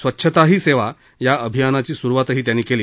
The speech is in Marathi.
स्वच्छताही सेवा या अभियानाची सुरुवातही मोदी यांनी केली